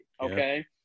Okay